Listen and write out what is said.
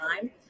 time